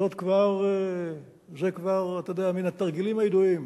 זה כבר, אתה יודע, מן התרגילים הידועים